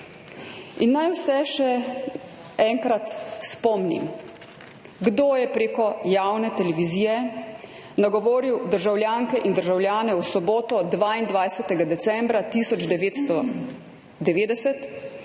Naj vse še enkrat spomnim, kdo je prek javne televizije nagovoril državljanke in državljane v soboto, 22. decembra 1990,